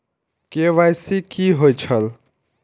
KYC कि होई छल?